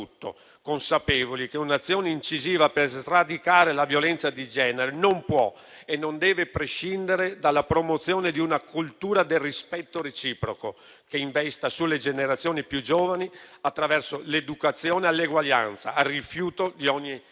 consapevoli che un'azione incisiva per sradicare la violenza di genere non può e non deve prescindere dalla promozione di una cultura del rispetto reciproco, che investa sulle generazioni più giovani attraverso l'educazione all'eguaglianza e al rifiuto di ogni forma